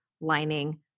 lining